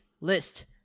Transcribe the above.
list